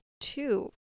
two